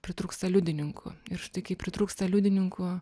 pritrūksta liudininkų ir štai kai pritrūksta liudininkų